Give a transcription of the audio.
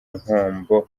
nkombo